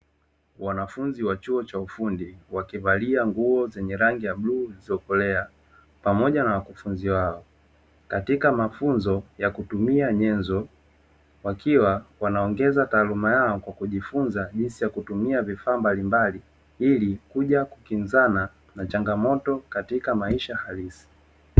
Wanafunzi wa chuo cha ufundi wakivalia nguo zenye rangi ya bluu iliyokolea pamoja na wakufunzi wao, katika mafunzo ya kutumia nyenzo wakiwa wanaongeza taaluma yao kwa kujifunza jinsi ya kutumia vifaa mbalimbali ili kuja kukinzana na changamoto katika maisha halisi.